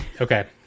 Okay